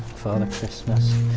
father christmas,